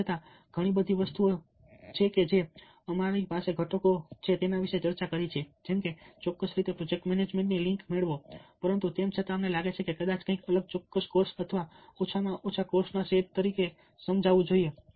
તેમ છતાં ઘણી બધી વસ્તુઓ કે જે અમારી પાસે ઘટકો છે અમે ચર્ચા કરી છે જેમકે ચોક્કસ રીતે પ્રોજેક્ટ મેનેજમેન્ટની લિંક મેળવો પરંતુ તેમ છતાં અમને લાગે છે કે કદાચ કંઈક અલગ ચોક્કસ કોર્સ અથવા ઓછામાં ઓછા કોર્સના પેટા સેટ તરીકે સમજાવવું જોઈએ